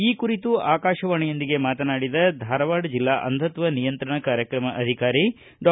ಈ ಕುರಿತು ಆಕಾಶವಾಣಿಯೊಂದಿಗೆ ಮಾತನಾಡಿದ ಜಿಲ್ಲಾ ಅಂಧತ್ವ ನಿಯಂತ್ರಣ ಕಾರ್ಯಕ್ರಮ ಅಧಿಕಾರಿ ಡಾ